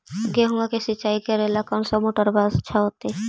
गेहुआ के सिंचाई करेला कौन मोटरबा अच्छा होतई?